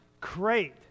great